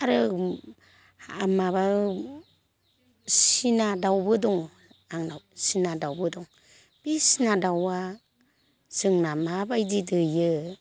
आरो माबा सिना दाउबो दङ आंनाव सिना दाउबो दं बे सिना दाउआ जोंना माबायदि दैयो